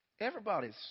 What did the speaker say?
Everybody's